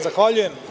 Zahvaljujem.